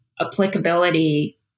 applicability